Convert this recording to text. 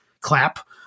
clap